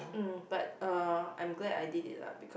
mm but uh I'm glad I did it lah becau~